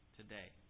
today